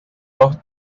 dos